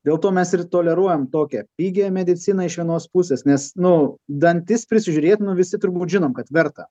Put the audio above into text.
dėl to mes ir toleruojam tokią pigią mediciną iš vienos pusės nes nu dantis prisižiūrėt nu visi turbūt žinom kad verta